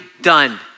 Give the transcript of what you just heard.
done